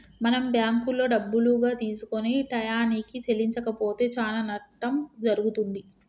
మనం బ్యాంకులో డబ్బులుగా తీసుకొని టయానికి చెల్లించకపోతే చానా నట్టం జరుగుతుంది